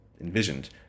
envisioned